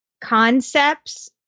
concepts